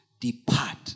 Depart